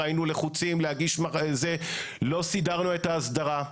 היינו לחוצים להגיש, לא סידרנו את ההסדרה.